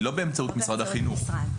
היא לא באמצעות משרד החינוך.